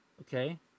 okay